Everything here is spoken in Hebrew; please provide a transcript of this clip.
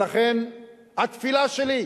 ולכן התפילה שלי היא